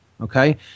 okay